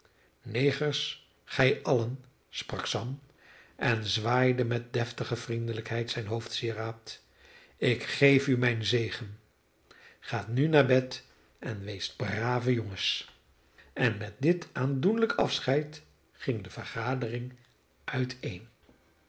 negers gij allen sprak sam en zwaaide met deftige vriendelijkheid zijn hoofdsieraad ik geef u mijn zegen gaat nu naar bed en weest brave jongens en met dit aandoenlijk afscheid ging de vergadering uiteen